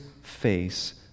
face